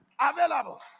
available